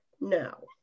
No